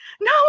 no